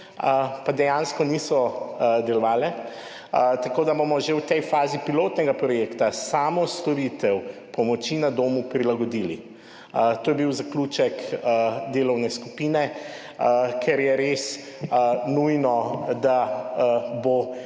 pa dejansko niso delovale, tako da bomo že v tej fazi pilotnega projekta samo storitev pomoči na domu prilagodili. To je bil zaključek delovne skupine, ker je res nujno, da bo